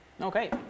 Okay